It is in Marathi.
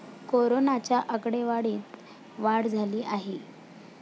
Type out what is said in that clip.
कोरोनाच्या आकडेवारीत वाढ झाली आहे